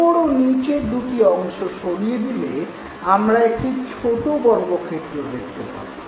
ওপর ও নিচের দু'টি অংশ সরিয়ে দিলে আমরা একটি ছোটো বর্গক্ষেত্র দেখতে পাব